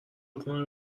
هاتون